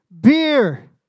beer